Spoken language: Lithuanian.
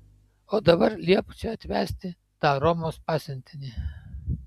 o dabar liepk čia atvesti tą romos pasiuntinį